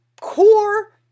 core